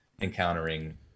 encountering